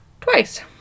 twice